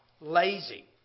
lazy